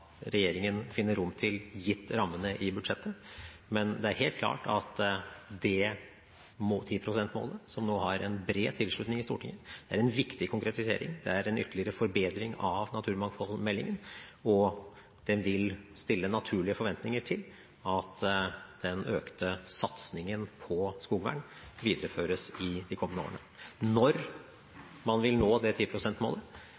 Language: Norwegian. regjeringen finner rom til gitt rammene i budsjettet. Men det er helt klart at det 10 pst.-målet som nå har en bred tilslutning i Stortinget, er en viktig konkretisering. Det er en ytterligere forbedring av naturmangfoldmeldingen, og den vil stille naturlige forventninger til at den økte satsingen på skogvern videreføres i de kommende årene.